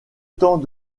temps